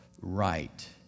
Right